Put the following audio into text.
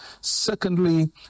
secondly